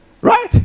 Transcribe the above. Right